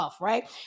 right